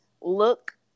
look